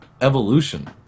evolution